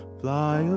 fly